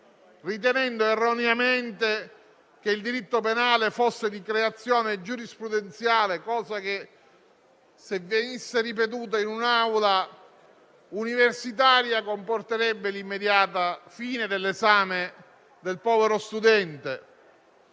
ritenendo erroneamente che il diritto penale fosse di creazione giurisprudenziale; cosa che, se venisse ripetuta in un'aula universitaria, comporterebbe l'immediata fine dell'esame del povero studente.